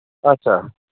ᱟᱪᱷᱟ